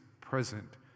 present